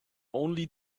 only